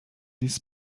this